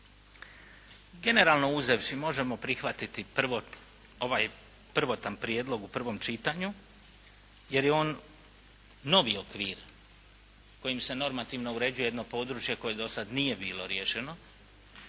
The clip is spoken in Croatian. Generalno uzevši, možemo prihvatiti ovaj prvotan prijedlog u prvom čitanju jer je ono novi okvir kojim se normativno uređuje jedno područje koje do sada nije bilo riješeno.